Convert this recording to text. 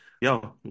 yo